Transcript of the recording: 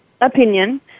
opinion